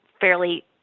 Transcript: fairly